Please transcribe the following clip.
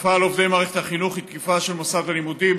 התקפה על עובדי מערכת החינוך היא תקיפה של מוסד הלימודים,